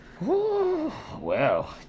wow